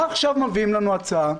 מה עכשיו מביאים לנו הצעה?